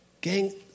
Gang